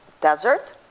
desert